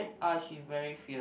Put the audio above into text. ah she very fierce